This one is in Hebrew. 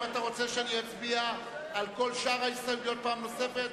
אתה רוצה שאני אצביע על כל שאר ההסתייגויות פעם נוספת,